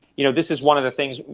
you know this is one of the things,